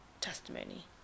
testimony